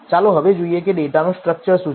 ચાલો હવે જોઈએ કે ડેટાનું સ્ટ્રક્ચર શું છે